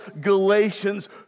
Galatians